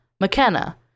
mckenna